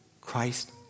Christ